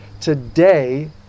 today